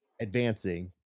advancing